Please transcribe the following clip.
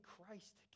Christ